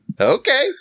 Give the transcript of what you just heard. Okay